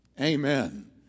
Amen